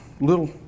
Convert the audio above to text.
little